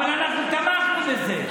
אבל אנחנו תמכנו בזה.